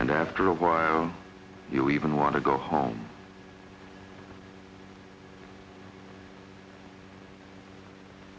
and after a while you'll even want to go home